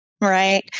right